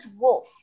wolf